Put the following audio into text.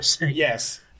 yes